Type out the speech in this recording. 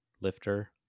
lifter